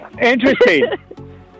Interesting